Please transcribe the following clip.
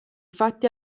fatti